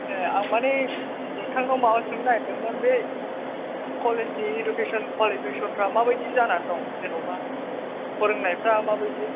ए आं मानि नोंथांनाव माबा सोंनो नागिरदोंमोन बे कलेजनि इडुकेसन कुवालिपिकेसनफ्रा मा बायदि जानानै दं जेन'बा फोरोंनायफ्रा मा बायदि